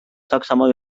saksamaa